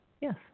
Yes